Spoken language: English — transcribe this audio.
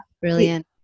Brilliant